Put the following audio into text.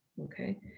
okay